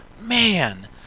man